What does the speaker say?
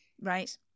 Right